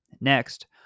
Next